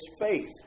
faith